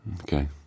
okay